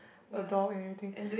a dog and everything